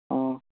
ꯑ